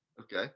Okay